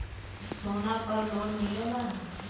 सोना पर लोन मिलेला?